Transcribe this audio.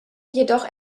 jedoch